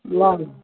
ल